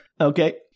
Okay